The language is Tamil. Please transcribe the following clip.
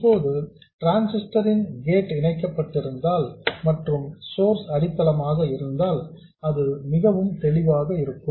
இப்போது டிரான்சிஸ்டர் இன் கேட் இணைக்கப்பட்டிருந்தால் மற்றும் சோர்ஸ் அடித்தளமாக இருந்தால் அது மிகவும் தெளிவாக இருக்கும்